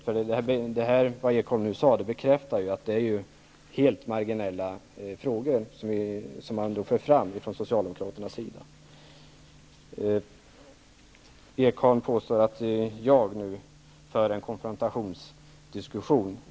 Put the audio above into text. Det som Berndt Ekholm sade bekräftar nämligen att det är marginella skillnader som han för fram från Berndt Ekholm påstår att jag nu för en konfrontationspolitik.